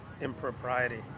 impropriety